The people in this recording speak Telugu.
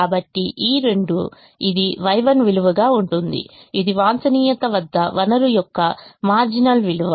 కాబట్టి ఈ 2 ఇది Y1 విలువగా ఉంటుంది ఇది వాంఛనియత వద్ద వనరు యొక్క మారిజినల్ విలువ